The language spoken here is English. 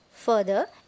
Further